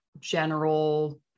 general